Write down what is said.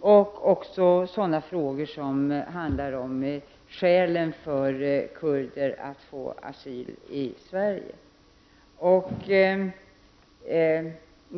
och sådana frågor som handlar om skälen för kurder att få asyl i Sverige.